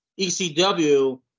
ecw